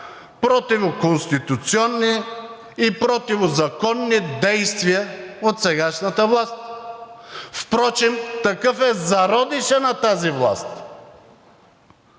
противоконституционни и противозаконни действия от сегашната власт. Впрочем такъв е зародишът на тази власт,